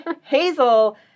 Hazel